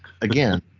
again